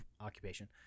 occupation